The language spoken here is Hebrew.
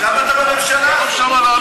אז למה אתה בממשלה הזאת?